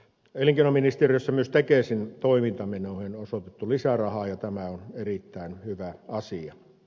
elinkeinoministeriössä myös tekesin toimintamenoihin on osoitettu lisärahaa ja tämä on erittäin hyvä asia